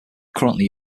currently